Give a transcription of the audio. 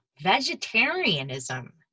vegetarianism